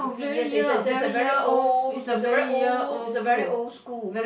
sixty years already so it's so it's a very old it's very old it's a very old school